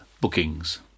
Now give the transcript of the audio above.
bookings